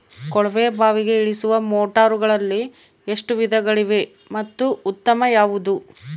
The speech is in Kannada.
ಕೊಳವೆ ಬಾವಿಗೆ ಇಳಿಸುವ ಮೋಟಾರುಗಳಲ್ಲಿ ಎಷ್ಟು ವಿಧಗಳಿವೆ ಮತ್ತು ಉತ್ತಮ ಯಾವುದು?